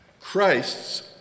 Christ's